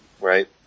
right